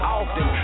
often